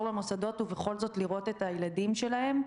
למוסדות ובכל זאת לראות את הילדים שלהם,